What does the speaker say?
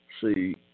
See